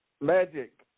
Magic